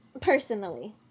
personally